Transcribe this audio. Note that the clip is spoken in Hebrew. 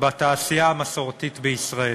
בתעשייה המסורתית בישראל.